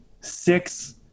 six